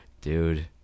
Dude